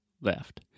left